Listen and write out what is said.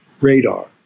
radar